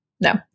No